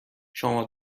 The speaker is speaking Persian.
شما